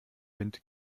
wind